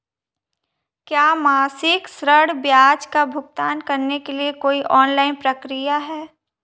क्या मासिक ऋण ब्याज का भुगतान करने के लिए कोई ऑनलाइन प्रक्रिया है?